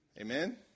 Amen